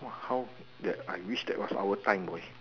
!wah! how that I wish that was our time we